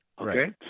Okay